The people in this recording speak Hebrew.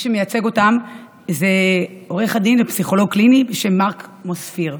מי שמייצג אותם זה עורך הדין ופסיכולוג קליני בשם מרק מוספיר.